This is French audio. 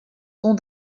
sont